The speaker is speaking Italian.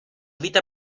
vita